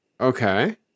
Okay